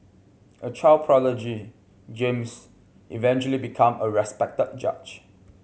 a child prodigy James eventually become a respected judge